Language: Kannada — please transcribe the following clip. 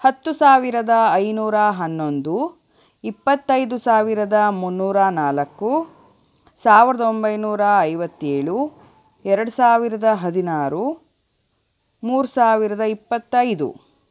ಹತ್ತು ಸಾವಿರದ ಐನೂರ ಹನ್ನೊಂದು ಇಪ್ಪತ್ತೈದು ಸಾವಿರದ ಮುನ್ನೂರ ನಾಲ್ಕು ಸಾವಿರದೊಂಬೈನೂರ ಐವತ್ತೇಳು ಎರಡು ಸಾವಿರದ ಹದಿನಾರು ಮೂರು ಸಾವಿರದ ಇಪ್ಪತ್ತೈದು